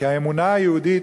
כי האמונה היהודית